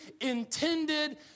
intended